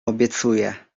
obiecuję